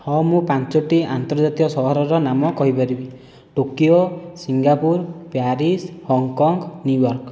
ହଁ ମୁଁ ପାଞ୍ଚଟି ଆନ୍ତର୍ଜାତୀୟ ସହରର ନାମ କହିପାରିବି Tokyo Singapore Paris Hong Kong New York